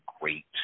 great